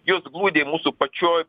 jos glūdi mūsų pačioj